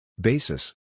Basis